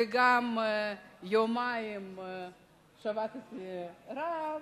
וגם יומיים שבתתי שביתת רעב.